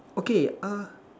okay ah